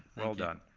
well done.